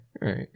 Right